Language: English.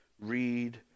read